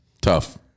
tough